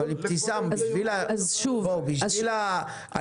אבל ההסכם הזה הוא בדיוק הפוך לכל היגיון --- אני